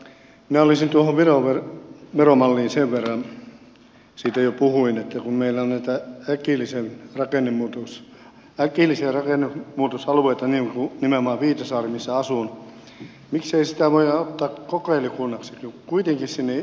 minä olisin tuohon viron veromalliin puuttunut sen verran että kun siitä jo puhuin että meillä on näitä äkillisen rakennemuutoksen alueita niin kuin nimenomaan viitasaari missä asun niin miksei sitä voida ottaa kokeilukunnaksi kun kuitenkin sinne valtio laittaa rahaa